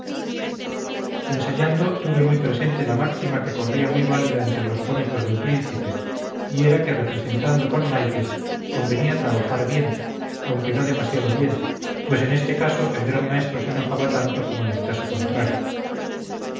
ensayando tuve muy presente la máxima que corría muy válida entre los cómicos del príncipe y era que representando con máiquez convenía trabajar bien aunque no demasiado bien pues en este caso el gran maestro se enojaba tanto como en el caso contrario